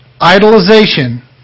idolization